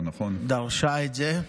שדרשה את זה.